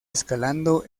escalando